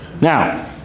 Now